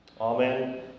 Amen